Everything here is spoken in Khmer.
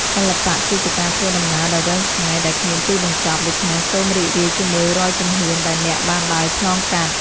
សិល្បៈគឺជាការធ្វើដំណើរដ៏វែងឆ្ងាយដែលគ្មានទីបញ្ចប់ ដូច្នេះសូមរីករាយជាមួយរាល់ជំហានដែលអ្នកបានដើរឆ្លងកាត់។